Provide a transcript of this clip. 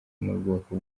n’ubwoko